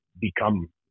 become